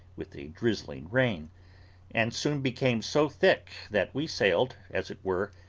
with a drizzling rain and soon became so thick, that we sailed, as it were,